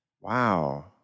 Wow